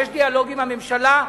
יש דיאלוג עם הממשלה.